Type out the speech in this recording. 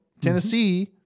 Tennessee